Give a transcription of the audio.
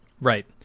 Right